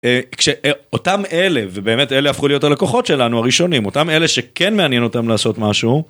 אותם אלה ובאמת אלה הפכו להיות הלקוחות שלנו הראשונים אותם אלה שכן מעניין אותם לעשות משהו.